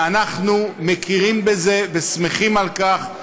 ואנחנו מכירים בזה ושמחים על כך.